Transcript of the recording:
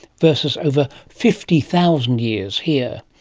versus over fifty thousand years here.